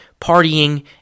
partying